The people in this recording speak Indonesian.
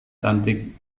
cantik